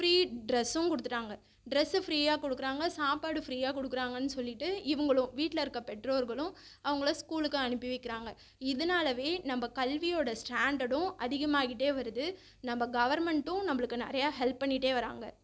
free ட்ரெஸ்ஸும் கொடுத்துட்டாங்க dress ஃப்ரீயாக கொடுக்கறாங்க சாப்பாடு ஃப்ரீயாக கொடுக்கறாங்கன்னு சொல்லிவிட்டு இவங்களும் வீட்டில் இருக்க பெற்றோர்களும் அவங்கள ஸ்கூலுக்கு அனுப்பி வைக்கிறாங்க இதுனாலவே நம்ப கல்வியோட ஸ்டாண்டர்டும் அதிகமாகிட்டே வருது நம்ப கவர்மெண்ட்டும் நம்பளுக்கு நிறையா ஹெல்ப் பண்ணிகிட்டே வராங்க